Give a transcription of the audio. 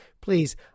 please